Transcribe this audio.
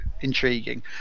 intriguing